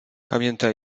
pamiętam